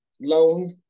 loan